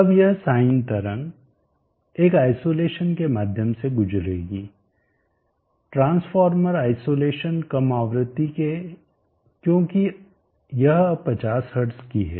अब यह साइन तरंग एक आईसोलेशन के माध्यम से गुजरेगी ट्रांसफार्मर आईसोलेशन कम आवृत्ति के क्योंकि यह अब 50 हर्ट्ज कि है